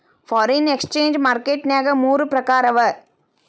foreign exchange market ನ್ಯಾಗ ಮೂರ್ ಪ್ರಕಾರವ